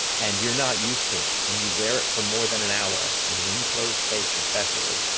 and you're not used to it and you wear it for more than an hour, in an enclosed space especially,